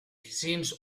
seems